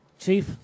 Chief